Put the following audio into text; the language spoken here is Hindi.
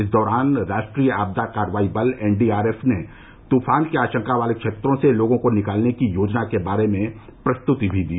इस दौरान राष्ट्रीय आपदा कार्रवाई बल एनडीआरएफ ने तूफान की आशंका वाले क्षेत्रों से लोगों को निकालने की योजना के बारे में प्रस्तुति भी दी